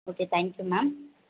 okay thank you ma'am